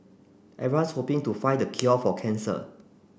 everyone's hoping to find the cure for cancer